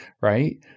Right